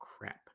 crap